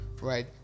right